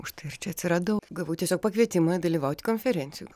užtai ir čia atsiradau gavau tiesiog pakvietimą dalyvauti konferencijoj